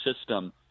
system